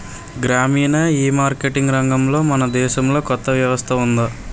గ్రామీణ ఈమార్కెటింగ్ రంగంలో మన దేశంలో కొత్త వ్యవస్థ ఉందా?